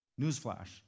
Newsflash